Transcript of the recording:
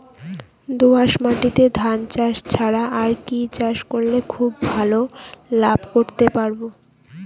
দোয়াস মাটিতে ধান ছাড়া আর কি চাষ করলে খুব ভাল লাভ করতে পারব?